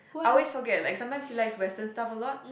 I always forget like sometimes he likes western stuff a lot